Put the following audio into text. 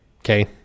Okay